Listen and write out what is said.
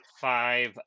five